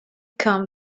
come